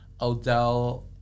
Odell